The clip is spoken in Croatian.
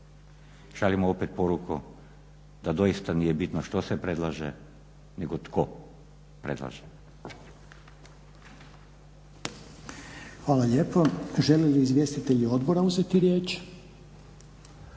šaljemo opet poruku da doista nije bitno što se predlaže nego tko predlaže.